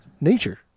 Nature